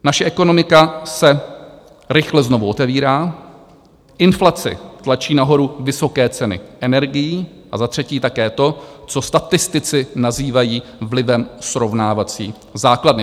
Naše ekonomika se rychle znovu otevírá, inflace tlačí nahoru vysoké ceny energií a za třetí také to, co statistici nazývají vlivem srovnávací základny.